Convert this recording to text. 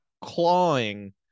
clawing